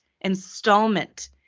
installment